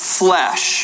flesh